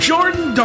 Jordan